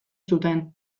zuten